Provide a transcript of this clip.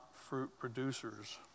fruit-producers